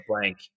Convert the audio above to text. blank